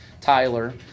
Tyler